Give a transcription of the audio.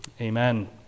Amen